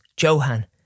Johan